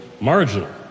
marginal